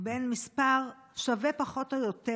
בין מספר שווה פחות או יותר